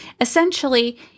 Essentially